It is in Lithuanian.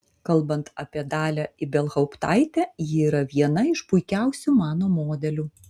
kalbant apie dalią ibelhauptaitę ji yra viena iš puikiausių mano modelių